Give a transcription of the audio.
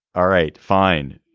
all right fine.